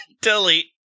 Delete